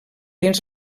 dins